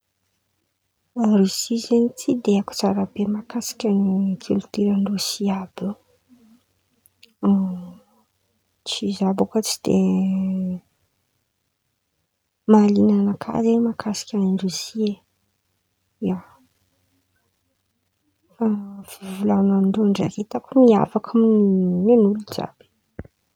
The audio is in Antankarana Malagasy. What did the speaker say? Riosy zen̈y tsy de aiko tsara be makasika ny kilitiorandreo Riosy àby io tsy Zaho bôkô tsy de mahalin̈a nakà zen̈y e makasika Riosy e, ia fa fivolan̈andreo ndraiky itako miavaka nin'olo jìàby, ia.